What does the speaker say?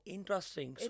Interesting